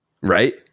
Right